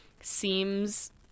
seems